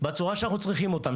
בצורה שאנחנו צריכים אותם,